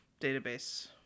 database